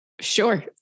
Sure